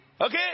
Okay